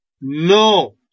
No